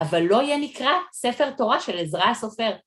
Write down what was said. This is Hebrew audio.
אבל לא יהיה נקרא ספר תורה של עזרא הסופר.